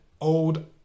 old